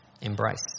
embrace